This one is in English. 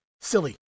Silly